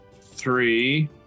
three